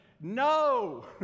No